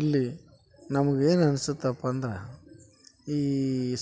ಇಲ್ಲಿ ನಮ್ಗೆ ಏನು ಅನ್ಸುತ್ತಪ್ಪ ಅಂದ್ರೆ ಈ